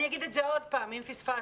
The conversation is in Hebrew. אני אגיד את זה עוד פעם למקרה שפספסתם: